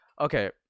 okay